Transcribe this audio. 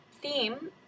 theme